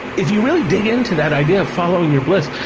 if you really dig into that idea of following your bliss,